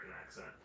accent